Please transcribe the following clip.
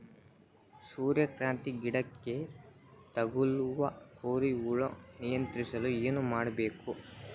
ಸೂರ್ಯಕಾಂತಿ ಗಿಡಕ್ಕೆ ತಗುಲುವ ಕೋರಿ ಹುಳು ನಿಯಂತ್ರಿಸಲು ಏನು ಮಾಡಬೇಕು?